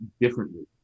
differently